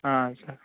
sir